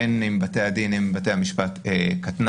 בין אם בתי הדין אם בתי המשפט קטנה.